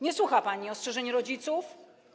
Nie słucha pani ostrzeżeń rodziców.